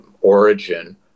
origin